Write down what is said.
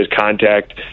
contact